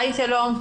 שלום.